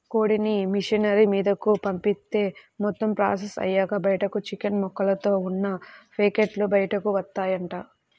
కోడిని మిషనరీ మీదకు పంపిత్తే మొత్తం ప్రాసెస్ అయ్యాక బయటకు చికెన్ ముక్కలతో ఉన్న పేకెట్లు బయటకు వత్తాయంట